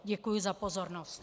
Děkuji za pozornost.